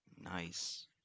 Nice